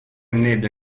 nebbia